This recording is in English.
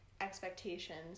expectations